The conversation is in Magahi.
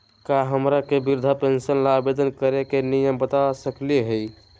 का हमरा के वृद्धा पेंसन ल आवेदन करे के नियम बता सकली हई?